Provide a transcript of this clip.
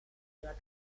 nella